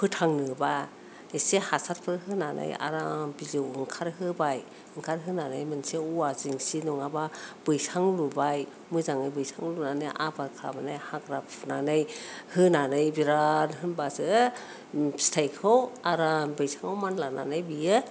फोथांनोबा एसे हासारफोर होनानै आराम बिजौ ओंखार होबाय ओंखार होनानै मोनसे औवा जेंसि नङाबा बैसां लुबाय मोजाङै बैसां लुनानै आबाद खालामनानै हाग्रा फुनानै होनानै बिराद होनबासो फिथायखौ आराम बैसाङाव मानलानानै बियो